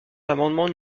l’amendement